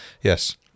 Yes